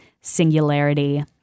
Singularity